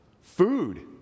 Food